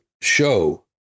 show